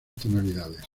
tonalidades